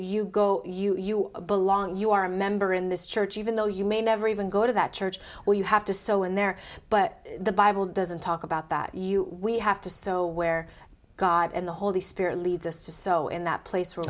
you go you you belong you are a member in this church even though you may never even go to that church where you have to so in there but the bible doesn't talk about that you we have to so where god and the holy spirit leads us to so in that place